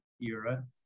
Era